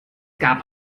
gab